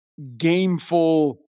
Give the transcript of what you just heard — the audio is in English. gameful